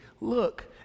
look